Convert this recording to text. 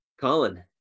colin